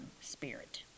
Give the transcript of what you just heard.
spirit